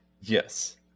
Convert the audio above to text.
Yes